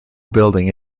building